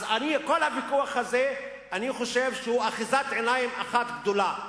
כל הוויכוח הזה אני חושב שהוא אחיזת עיניים אחת גדולה.